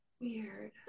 Weird